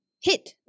hit